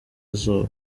izuba